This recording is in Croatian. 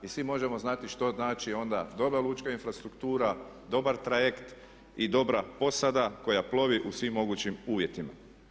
I svi možemo znati što znači onda dobra lučka infrastruktura, dobar trajekt i dobra posada koja plovi u svim mogućim uvjetima.